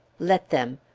let them!